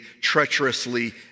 treacherously